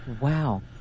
Wow